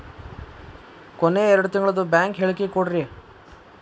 ಕೊನೆ ಎರಡು ತಿಂಗಳದು ಬ್ಯಾಂಕ್ ಹೇಳಕಿ ಕೊಡ್ರಿ